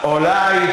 אולי,